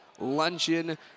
Luncheon